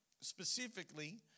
specifically